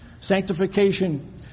Sanctification